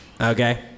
Okay